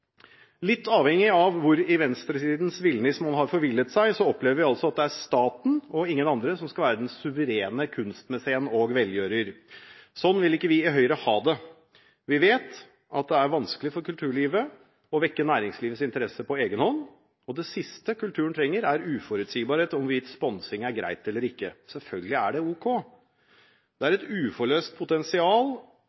Litt avhengig av hvor i venstresidens villnis man har forvillet seg, opplever vi altså at det er staten, og ingen andre, som skal være den suverene kunstmesen og velgjører. Slik vil ikke vi i Høyre ha det. Vi vet at det er vanskelig for kulturlivet å vekke næringslivets interesse på egen hånd. Det siste kulturen trenger, er uforutsigbarhet om hvorvidt sponsing er greit eller ikke. Selvfølgelig er det ok.